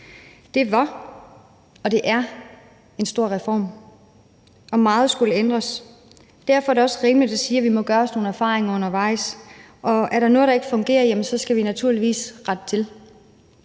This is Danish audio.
Det var og det er en stor reform, og meget skulle ændres. Derfor er det også rimeligt at sige, at vi må gøre os nogle erfaringer undervejs, og er der noget, der ikke fungerer, skal vi naturligvis rette det